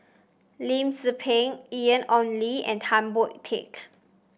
Lim Tze Peng Ian Ong Li and Tan Boon Teik